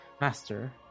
master